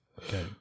Okay